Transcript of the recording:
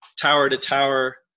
tower-to-tower